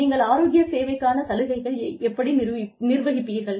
நீங்கள் ஆரோக்கிய சேவைக்கான சலுகைகளை எப்படி நிர்வகிப்பீர்கள்